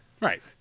Right